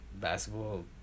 basketball